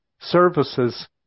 services